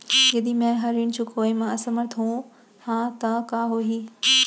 यदि मैं ह ऋण चुकोय म असमर्थ होहा त का होही?